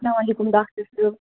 اسلامُ علیکُم ڈاکٹَر صٲب